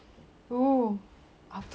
we always tend to think the best of yourself